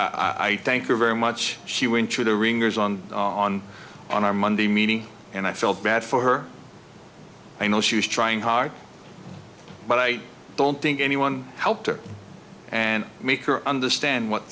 bondo i thank you very much she went through the ringers on on on our monday meeting and i felt bad for her i know she was trying hard but i don't think anyone helped her and make her understand what